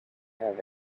have